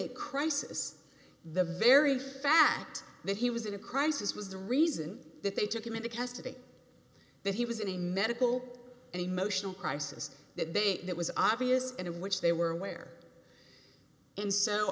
a crisis the very fact that he was in a crisis was the reason that they took him into custody that he was in a medical and emotional crisis that day it was obvious and in which they were aware and so